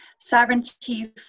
sovereignty